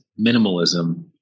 minimalism